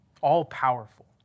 all-powerful